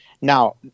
Now